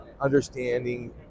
understanding